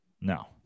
No